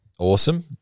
awesome